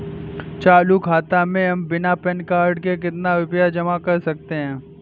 चालू खाता में हम बिना पैन कार्ड के कितनी रूपए जमा कर सकते हैं?